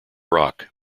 rock